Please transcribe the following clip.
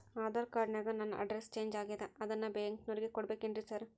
Aadhaar card ನ್ಯಾಗ ನನ್ address change ಆಗ್ಯಾದ ಅದನ್ನ ಬ್ಯಾಂಕಿನೊರಿಗೆ ಕೊಡ್ಬೇಕೇನ್ರಿ ಸಾರ್?